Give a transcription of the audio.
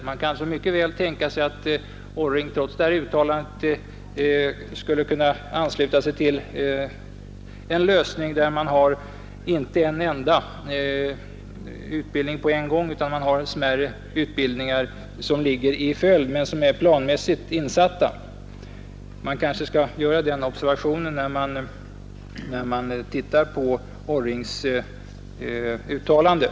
Man kan mycket väl tänka sig att Orring trots Nr 58 detta uttalande skulle kunna ansluta sig till en lösning där man inte har Fredagen den en enda utbildning, på en gång, utan smärre utbildningar som ligger i 14 april 1972 följd och är planmässigt insatta. Man kanske skall göra den observationen nn när man tittar på Orrings uttalande.